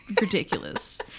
ridiculous